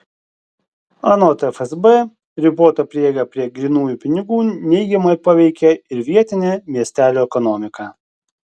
anot fsb ribota prieiga prie grynųjų pinigų neigiamai paveikia ir vietinę miestelių ekonomiką